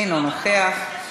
אינו נוכח,